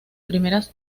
primeras